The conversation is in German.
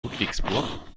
ludwigsburg